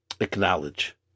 acknowledge